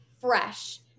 fresh